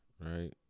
right